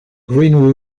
green